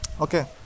Okay